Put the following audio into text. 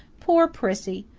poor prissy!